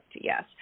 yes